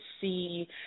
see